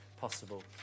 possible